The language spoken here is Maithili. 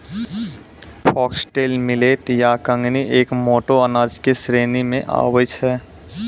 फॉक्सटेल मीलेट या कंगनी एक मोटो अनाज के श्रेणी मॅ आबै छै